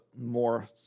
more